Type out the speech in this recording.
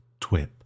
Twip